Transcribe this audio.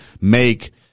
make